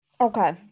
Okay